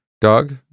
Doug